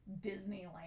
Disneyland